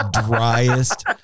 driest